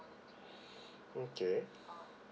okay